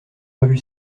revu